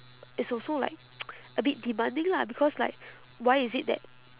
it's also like a bit demanding lah because like why is it that